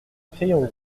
crayon